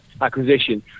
acquisition